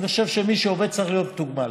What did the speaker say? אני חושב שמי שעובד צריך להיות מתוגמל.